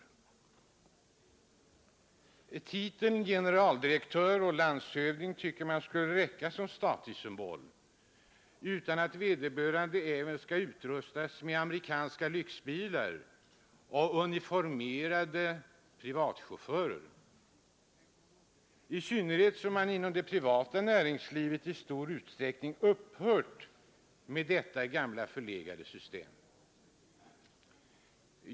Man tycker att titeln generaldirektör eller landshövding skulle räcka som statussymbol utan att vederbörande därtill skall utrustas med amerikansk lyxbil och uniformerad privatchaufför, i synnerhet som man inom det privata näringslivet i stor utsträckning upphört med detta gamla förlegade system.